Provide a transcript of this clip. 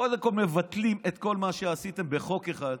קודם כול מבטלים את כל מה שעשיתם בחוק אחד,